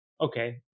okay